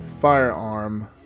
firearm